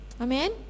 Amen